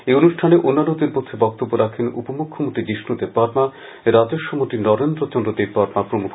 এই অনুষ্ঠানে অন্যান্যদের মধ্যে বক্তব্য রাখেন উপমুখ্যমন্ত্রী যিস্থু দেববর্মা রাজস্বমন্ত্রী নরেন্দ্র চন্দ্র দেববর্মা প্রমুখ